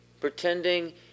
Pretending